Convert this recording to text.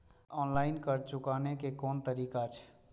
Online कर्ज चुकाने के कोन तरीका छै?